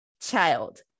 child